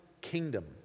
kingdom